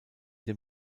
dem